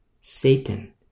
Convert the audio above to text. satan